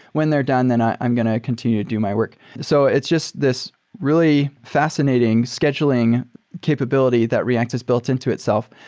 when they're done, then i'm going to continue to do my work. so it's just this really fascinating scheduling capability that react has built into itself,